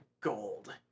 gold